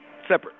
Separate